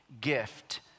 gift